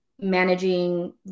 managing